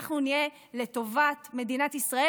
אנחנו נהיה לטובת מדינת ישראל.